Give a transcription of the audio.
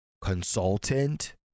consultant